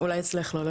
אולי אצלך לא.